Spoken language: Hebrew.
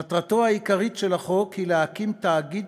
מטרתו העיקרית של החוק היא להקים תאגיד